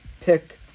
pick